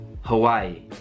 Hawaii